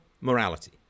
morality